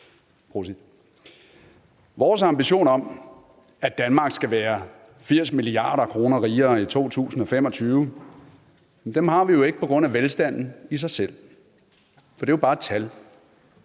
Vores ambition om, at Danmark skal være 80 mia. kr. rigere i år 2025, har vi jo ikke på grund af velstanden i sig selv, for det er bare et tal.